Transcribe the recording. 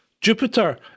Jupiter